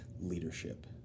leadership